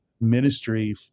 ministry